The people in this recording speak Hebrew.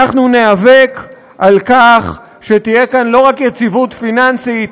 אנחנו ניאבק על כך שתהיה כאן לא רק יציבות פיננסית,